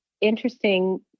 interesting